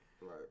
Right